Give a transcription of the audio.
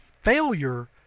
Failure